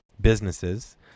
businesses